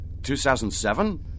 2007